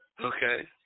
Okay